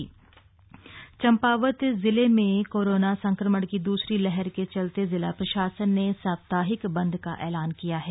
स्राप्ताहिक बन्द चम्पावत जिले में कोरोना संक्रमण की दूसरी लहर के चलते जिला प्रशासन ने साप्ताहिक बंद का ऐलान किया है